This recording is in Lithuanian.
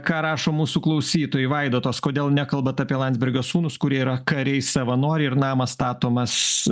ką rašo mūsų klausytojai vaidotas kodėl nekalbat apie landsbergio sūnus kurie yra kariai savanoriai ir namas statomas